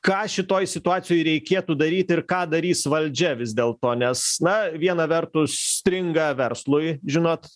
ką šitoj situacijoj reikėtų daryti ir ką darys valdžia vis dėlto nes na viena vertus stringa verslui žinot